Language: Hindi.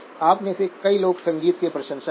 आप में से कई लोग संगीत के प्रशंसक हैं